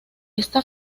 esta